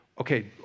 okay